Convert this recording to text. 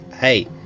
Hey